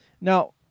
Now